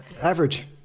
average